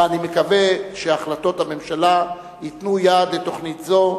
ואני מקווה שהחלטות הממשלה ייתנו יד לתוכנית זו,